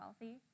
wealthy